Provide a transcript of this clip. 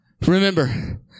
Remember